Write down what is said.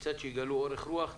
שיגלו קצת אורך רוח.